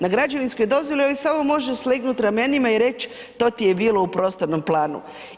Na građevinskoj dozvoli ovi može samo slegnut ramenima i reć, to ti je bilo u prostornom planu.